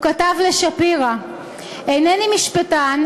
הוא כתב לשפירא: אינני משפטן,